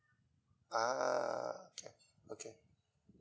ah okay okay